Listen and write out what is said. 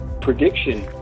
prediction